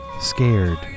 scared